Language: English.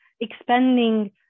expanding